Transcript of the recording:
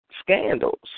scandals